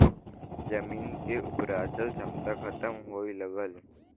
जमीन के उपराजल क्षमता खतम होए लगल